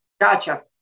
gotcha